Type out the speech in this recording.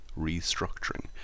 restructuring